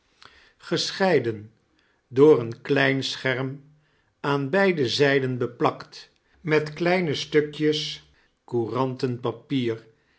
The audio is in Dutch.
scheiden door een klein scherm aan beide zijden beplakt met kleine stukjes courantenpapier